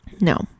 No